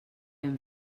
hem